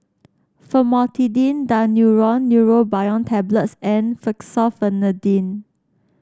Famotidine Daneuron Neurobion Tablets and Fexofenadine